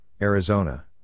Arizona